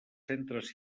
centres